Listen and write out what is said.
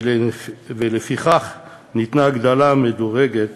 ולפיכך ניתנה הגדלה מדורגת